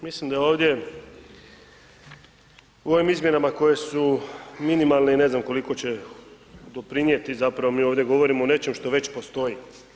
Mislim da je ovdje u ovim izmjenama koje su minimalne i ne znam koliko će doprinijeti, zapravo mi ovdje govorimo o nečem što već postoji.